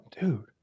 dude